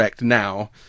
now